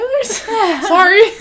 Sorry